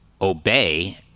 obey